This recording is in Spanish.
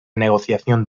negociación